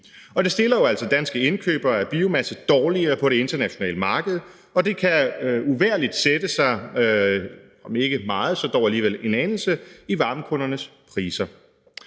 det stiller jo altså danske indkøbere af biomasse dårligere på det internationale marked, og det kan uvægerligt sætte sig om ikke meget,